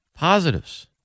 Positives